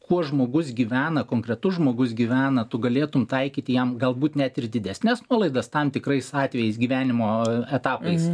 kuo žmogus gyvena konkretus žmogus gyvena tu galėtum taikyti jam galbūt net ir didesnes nuolaidas tam tikrais atvejais gyvenimo etapais